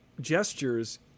gestures